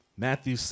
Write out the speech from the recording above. Matthew